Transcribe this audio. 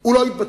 הוא לא יתבצע?